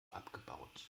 abgebaut